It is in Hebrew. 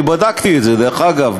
אני בדקתי את זה, דרך אגב.